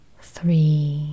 three